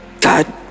God